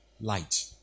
light